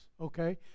okay